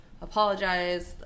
apologized